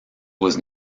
was